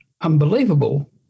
unbelievable